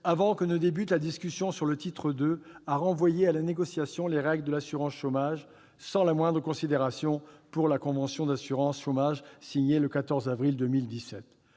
avant que ne débute la discussion sur le titre II, à renvoyer à la négociation les règles de l'assurance chômage, sans la moindre considération pour la convention d'assurance chômage signée le 14 avril 2017.